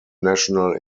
national